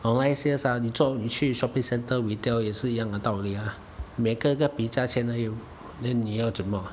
online sales ah 你做去 shopping centre retail 也是一样的道理啊每个个比价钱而已 then 你要怎么